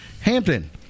Hampton